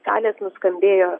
salės nuskambėjo